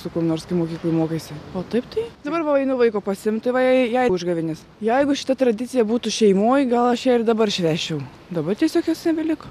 su kuo nors kai mokykloj mokaisi o taip tai dabar va einu vaiko pasiimt tai va jai užgavėnės jeigu šita tradicija būtų šeimoj gal aš ją ir dabar švęsčiau dabar tiesiog jos nebeliko